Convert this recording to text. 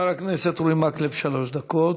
חבר הכנסת אורי מקלב, שלוש דקות.